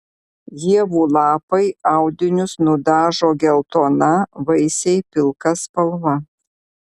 ievų lapai audinius nudažo geltona vaisiai pilka spalva